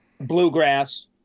bluegrass